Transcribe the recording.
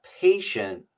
patient